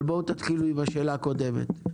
אבל בואו תתחילו עם השאלה הקודמת.